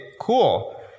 cool